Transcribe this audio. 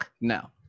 No